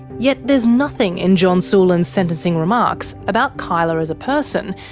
yet there's nothing in john sulan's sentencing remarks about kyla as a person,